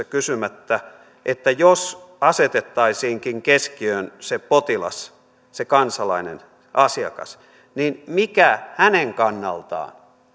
kysymättä jos asetettaisiinkin keskiöön se potilas kansalainen asiakas niin mikä hänen kannaltaan